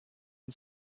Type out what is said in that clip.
and